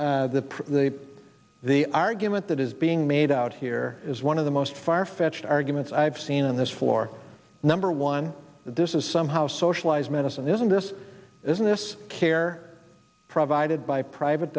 the argument that is being made out here is one of the most farfetched arguments i've seen on this floor number one this is somehow socialized medicine isn't this isn't this care provided by private